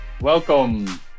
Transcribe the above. Welcome